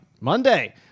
Monday